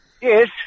Yes